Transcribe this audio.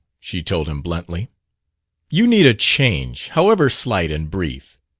she told him bluntly you need a change, however slight and brief.